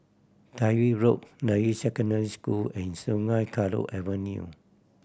Tyrwhitt Road Deyi Secondary School and Sungei Kadut Avenue